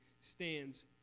stands